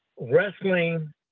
wrestling